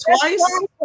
twice